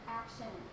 action